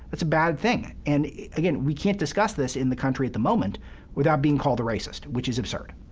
it's a bad thing. and again, we can't discuss this in the country at the moment without being called a racist, which is absurd,